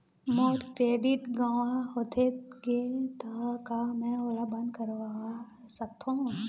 मोर credit गंवा होथे गे ता का मैं ओला बंद करवा सकथों?